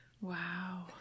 Wow